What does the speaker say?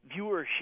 viewership